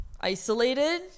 isolated